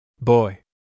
Boy